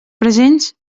presents